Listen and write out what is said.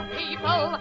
people